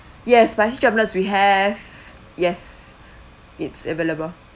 yes spicy drumlets we have yes it's available